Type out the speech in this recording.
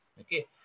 okay